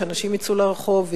שאנשים יצאו לרחובות,